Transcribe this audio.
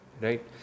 right